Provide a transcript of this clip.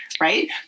right